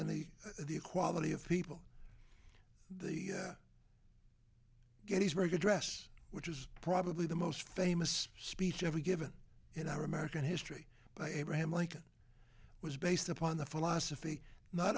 in the the quality of people the gettysburg address which is probably the most famous speech ever given in our american history by abraham lincoln was based upon the philosophy no